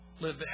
live